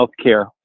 healthcare